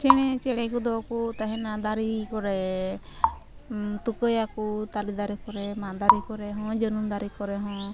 ᱪᱮᱬᱮ ᱪᱮᱬᱮ ᱠᱚᱫᱚ ᱠᱚ ᱛᱟᱦᱮᱱᱟ ᱫᱟᱨᱮ ᱠᱚᱨᱮ ᱛᱩᱠᱟᱹᱭᱟᱠᱚ ᱛᱟᱞᱮᱫᱟᱨᱮ ᱠᱚᱨᱮ ᱢᱟᱫ ᱫᱟᱨᱮ ᱠᱚᱨᱮᱦᱚᱸ ᱡᱟᱹᱱᱩᱢ ᱫᱟᱨᱮ ᱠᱚᱨᱮᱦᱚᱸ